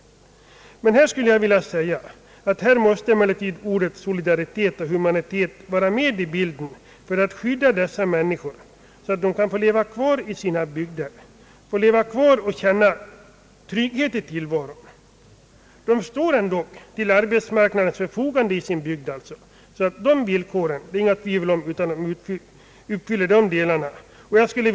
Men här måste orden solidaritet och humanitet föras in i bilden för att skydda dessa människor så att de kan få leva kvar i sina bygder och känna trygghet i tillvaron. De står ändå till arbetsmarknadsstyrelsens förfogande i sin bygd. Det är alltså inget tvivel om att dessa villkor uppfylls.